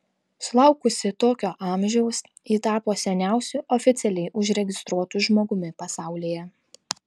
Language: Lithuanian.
sulaukusi tokio amžiaus ji tapo seniausiu oficialiai užregistruotu žmogumi pasaulyje